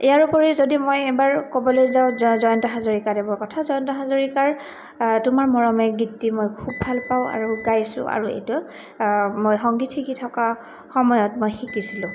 ইয়াৰোপৰি যদি মই এবাৰ ক'বলৈ যাওঁ জয়ন্ত হাজৰিকাদেৱৰ কথা জয়ন্ত হাজৰিকাৰ তোমাৰ মৰমে গীতটি মই খুব ভাল পাওঁ আৰু গাইছোঁ আৰু এইটো মই সংগীত শিকি থকা সময়ত মই শিকিছিলোঁ